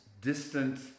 distant